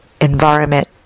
environment